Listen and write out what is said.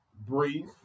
Brief